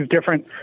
different